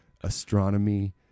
astronomy